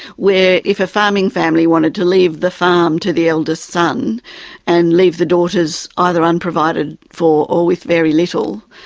where if a farming family wanted to leave the farm to the eldest son and leave the daughters either unprovided for or with very little,